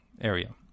area